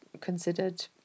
considered